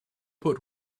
put